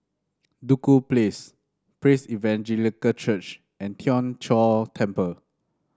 Duku Place Praise Evangelical Church and Tien Chor Temple